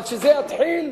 אבל כשזה יתחיל,